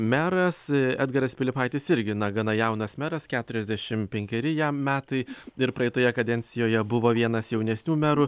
meras edgaras pilypaitis irgi na gana jaunas meras keturiasdešimt penkeri jam metai ir praeitoje kadencijoje buvo vienas jaunesnių merų